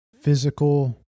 physical